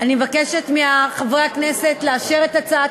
אני קובע כי הצעת